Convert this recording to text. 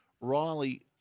Riley